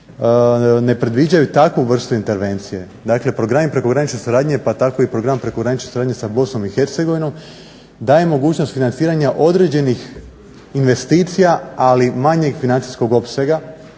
ne predviđaju takvu vrstu intervencije. Dakle programi prekogranične suradnje pa tako i program prekogranične suradnje sa BIH daje mogućnost sufinanciranja određenih investicija ali manjeg financijskog opsega